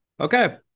Okay